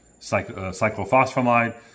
cyclophosphamide